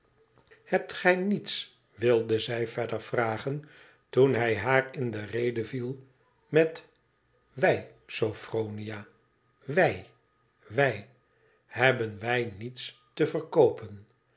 hebt gij niets wilde zij verder vragen toen hij haar in derede viel met wij sophronia wij wij hebben wij niets te verkoopen